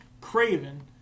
Craven